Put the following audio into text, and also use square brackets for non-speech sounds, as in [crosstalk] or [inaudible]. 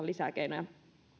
[unintelligible] lisää keinoja